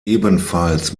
ebenfalls